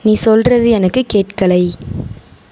நீ சொல்வது எனக்கு கேட்கலை